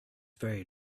very